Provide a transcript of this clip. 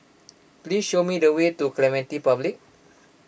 please show me the way to Clementi Public